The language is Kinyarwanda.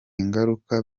ingaruka